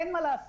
אין מה לעשות.